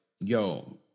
yo